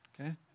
okay